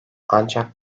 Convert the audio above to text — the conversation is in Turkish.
ancak